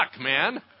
man